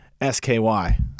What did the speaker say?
s-k-y